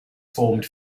formed